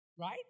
Right